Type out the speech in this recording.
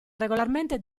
regolarmente